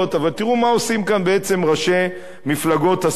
תראו מה עושים כאן ראשי מפלגות השמאל,